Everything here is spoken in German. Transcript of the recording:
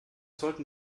sollten